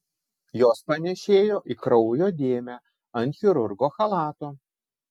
jos panėšėjo į kraujo dėmę ant chirurgo chalato